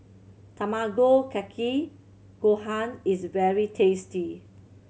Tamago Kake Gohan is very tasty